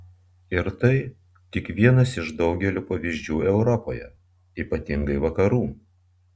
ir tai tik vienas iš daugelio pavyzdžių europoje ypatingai vakarų